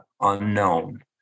unknown